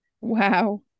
Wow